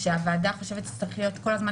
שהוועדה חושבת שצריך להיות פיזית כל הזמן,